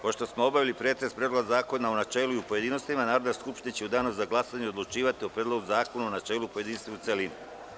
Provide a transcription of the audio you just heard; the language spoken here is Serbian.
Pošto smo obavili pretres Predloga zakona u načelu i u pojedinostima, Narodna skupština će u danu za glasanje odlučivati o Predlogu zakona u načelu, pojedinostima i u celini.